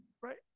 right